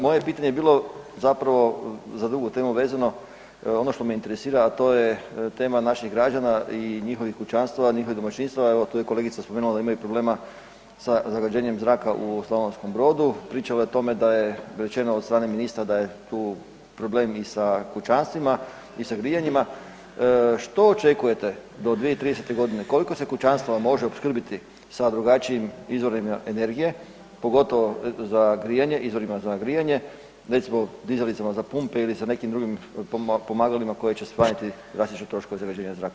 Moje pitanje je bilo zapravo za drugu temu vezano, ono što me interesira, a to je tema naših građana i njihovih kućanstava, njihovih domaćinstava, evo tu je kolegica spomenula da imaju problema sa zagađenjem zraka u Slavonskom Brodu, pričala je o tome da je rečeno od strane ministra da je tu problem i sa kućanstvima i sa grijanjima, što očekujete do 2030.-te godine koliko se kućanstava može opskrbiti sa drugačijim izvorima energije pogotovo za grijanje, izvorima za grijanje, recimo dizalicama za pumpe ili sa nekim drugim pomagalima koji će smanjiti drastično troškove zagađivanja zraka.